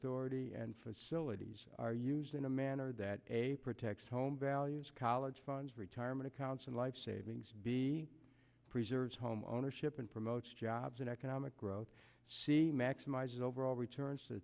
ity and facilities are used in a manner that a protects home values college funds retirement accounts and life savings be preserves home ownership and promotes jobs and economic growth see maximize overall returns t